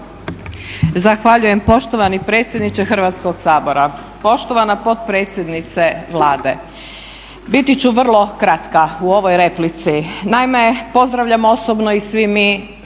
Zahvaljujem poštovani predsjedniče Hrvatskog sabora. Poštovana potpredsjednice Vlade biti ću vrlo kratka u ovoj replici. Naime pozdravljam osobno, i svi mi,